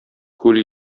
күл